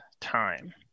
time